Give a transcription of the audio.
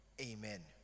Amen